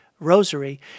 rosary